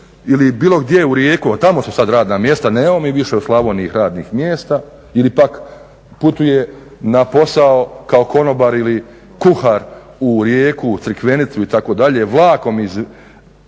ili bilo gdje u Rijeku, a tamo su sada radna mjesta, nemamo mi više u Slavoniji ni radnih mjesta ili pak putuje na posao kao konobar ili kuhar u Rijeku u Crikvenicu itd. vlakom iz